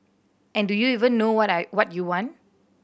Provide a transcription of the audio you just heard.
and do you even know what I what you want